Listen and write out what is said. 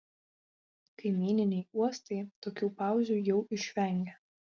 kaimyniniai uostai tokių pauzių jau išvengia